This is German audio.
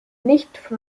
nicht